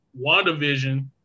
WandaVision